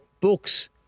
books